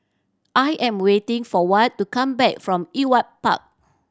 I am waiting for Watt to come back from Ewart Park